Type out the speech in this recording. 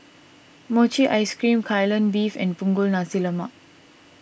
Mochi Ice Cream Kai Lan Beef and Punggol Nasi Lemak